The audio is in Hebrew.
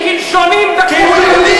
בקלשונים רצחו.